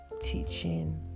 teaching